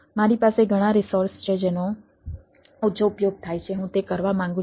મારી પાસે ઘણાં રિસોર્સ છે જેનો ઓછો ઉપયોગ થાય છે હું તે કરવા માંગુ છું